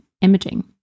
imaging